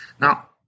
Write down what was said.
Now